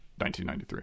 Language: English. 1993